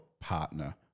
partner